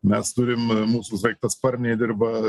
mes turim mūsų sraigtasparniai dirba